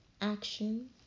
Action